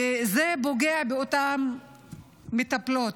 וזה פוגע באותן מטפלות.